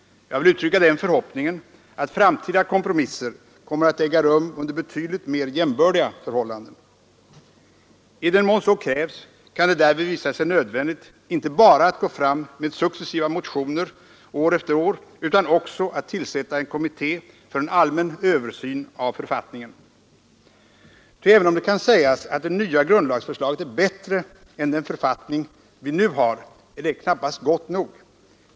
Jag vill uttrycka den förhoppningen att framtida kompromisser kommer att äga rum under betydligt mer jämbördiga förhållanden. I den mån så krävs kan det därvid visa sig nödvändigt, inte bara att gå fram med successiva motioner år efter år utan också att tillsätta en kommitté för en allmän översyn av författningen. Ty även om det kan sägas att det nya grundlagsförslaget är bättre än den författning vi nu har är detta knappast gott nog.